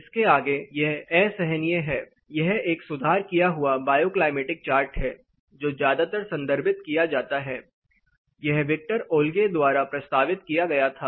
इसके आगे यह असहनीय है यह एक सुधार किया हुआ बायोक्लाइमेटिक चार्ट है जो ज्यादातर संदर्भित किया जाता है यह विक्टर ओलग्य द्वारा प्रस्तावित किया गया था